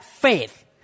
faith